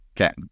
Okay